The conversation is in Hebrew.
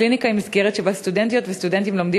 הקליניקה היא מסגרת שבה סטודנטיות וסטודנטים לומדים